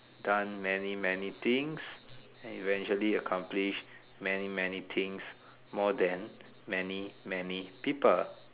done many many things and eventually accomplish many many things more than many many people